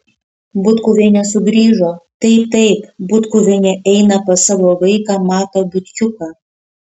butkuvienė sugrįžo taip taip butkuvienė eina pas savo vaiką matą butkiuką